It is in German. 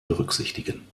berücksichtigen